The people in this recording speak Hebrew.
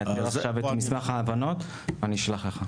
אעביר עכשיו את מסמך ההבנות ואשלח לך.